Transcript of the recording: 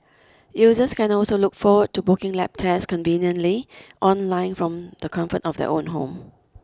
users can also look forward to booking lab tests conveniently online from the comfort of their own home